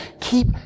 keep